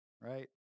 right